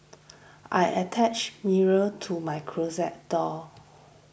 I attached mirror to my closet door